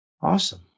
Awesome